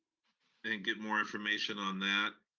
and get more information on that,